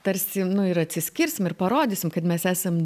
tarsi ir atsiskirsim ir parodysim kad mes esam